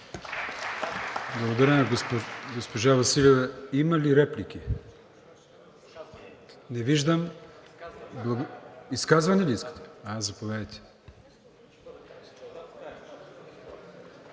Благодаря на госпожа Василева. Има ли реплики? Не виждам. Изказване ли искате? Заповядайте.